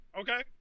Okay